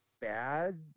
bad